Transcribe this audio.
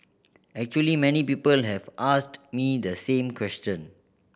actually many people have asked me the same question